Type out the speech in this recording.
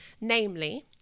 namely